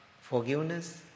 forgiveness